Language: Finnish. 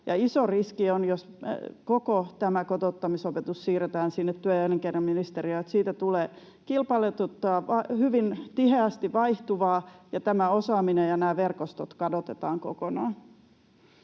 iso riski on, jos koko tämä kotouttamisopetus siirretään sinne työ- ja elinkeinoministeriöön. Siitä tulee kilpailutettua ja hyvin tiheästi vaihtuvaa, ja tämä osaaminen ja nämä verkostot kadotetaan kokonaan.